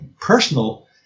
personal